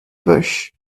bush